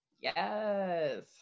Yes